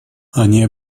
они